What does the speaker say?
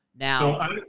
Now